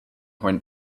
when